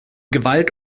gewalt